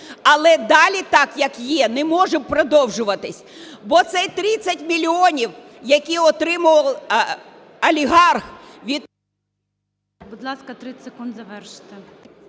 Але далі так, як є, не може продовжуватися, бо це 30 мільйонів, які отримував олігарх від...